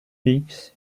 peaks